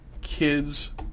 Kids